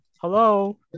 Hello